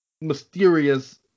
mysterious